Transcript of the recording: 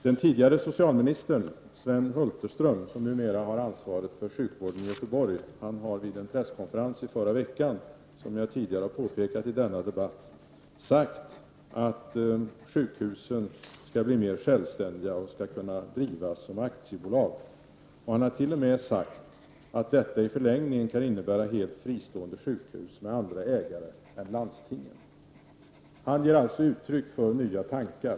Den tidigare socialministern, Sven Hulterström, som numera har ansvaret för sjukvården i Göteborg har vid en presskonferens i förra veckan sagt, som jag tidigare påpekade, att sjukhusen skall bli mer självständiga och kunna drivas som aktiebolag. Han har t.o.m. sagt att detta i förlängningen kan innebära helt fristående sjukhus med andra ägare än landstingen. Han ger alltså uttryck för nya tankar.